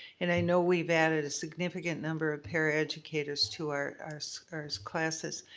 and i know we've added a significant number of paraeducators to our our so classes.